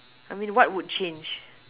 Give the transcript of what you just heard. I mean what would change